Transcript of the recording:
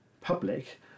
public